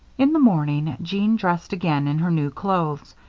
in the morning jeanne dressed again in her new clothes.